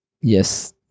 Yes